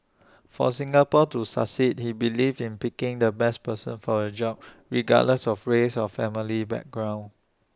for Singapore to succeed he believed in picking the best person for A job regardless of race or family background